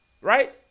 right